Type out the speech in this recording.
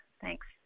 Thanks